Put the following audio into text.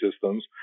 systems